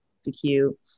execute